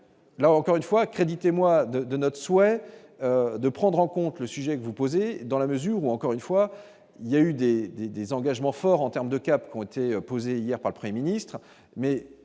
Là encore une fois moi de de notre souhait de prendre en compte le sujet que vous posez, dans la mesure où encore une fois, il y a eu des, des, des engagements forts en termes de cap qu'ont été posées hier après-ministre